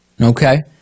Okay